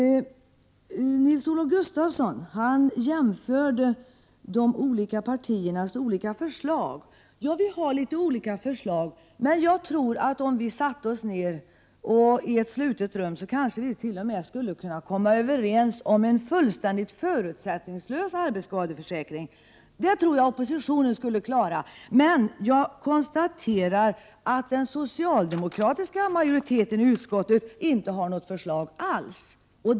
Nils-Olof Gustafsson jämförde de olika partiernas förslag. Ja, vi har litet olika förslag, men jag tror att vi om vi satte oss ned i ett slutet rum kanske skulle kunna komma överens fullständigt förutsättningslöst om en arbetsskadeförsäkring. Det skulle nog oppositionen klara, men jag konstaterar att den socialdemokratiska majoriteten i utskottet inte har något förslag alls.